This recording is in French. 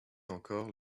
encore